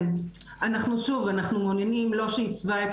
ואתם מעוניינים להעסיק עובדים זרים?